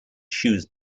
shoes